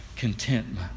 Contentment